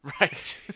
Right